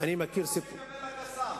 מקבל ה"קסאם"?